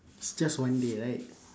it's just one day right